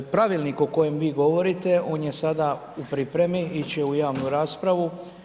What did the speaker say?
Pravilnikom o kojem vi govorite, on je sada u pripremi, ići će u javnu raspravu.